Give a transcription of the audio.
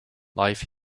life